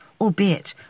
albeit